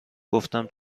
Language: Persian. گفتم